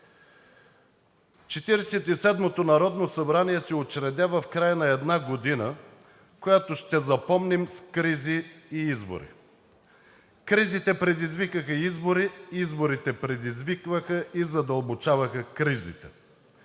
седмото народно събрание се учредява в края на една година, която ще запомним с кризи и избори. Кризите предизвикаха избори, изборите предизвикваха и задълбочаваха кризите.